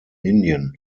indien